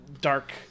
dark